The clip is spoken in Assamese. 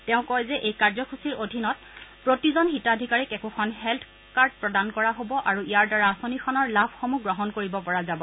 তেওঁ কয় যে এই কাৰ্যসূচীৰ অধীনত প্ৰতিজন হিতাধিকাৰীক একোখন হেল্থ কাৰ্ড প্ৰদান কৰা হব আৰু ইয়াৰ দ্বাৰা আঁচনিখনৰ লাভসমূহ গ্ৰহণ কৰিব পৰা যাব